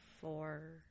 four